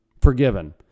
forgiven